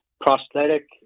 prosthetic